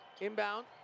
Inbound